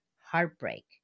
heartbreak